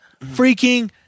freaking